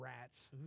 rats